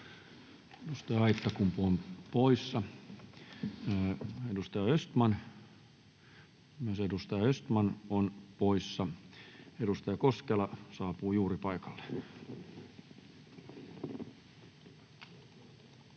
Edustaja Östman, myös edustaja Östman on poissa. — Edustaja Koskela saapuu juuri paikalle.